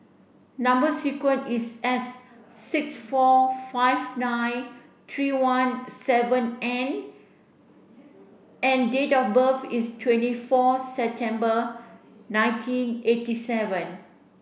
number sequence is S six four five nine three one seven N and date of birth is twenty four September nineteen eighty seven